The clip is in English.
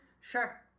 sure